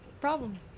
problem